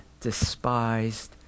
despised